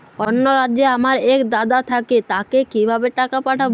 অন্য রাজ্যে আমার এক দাদা থাকে তাকে কিভাবে টাকা পাঠাবো?